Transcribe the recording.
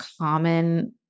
common